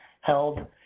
held